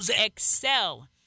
excel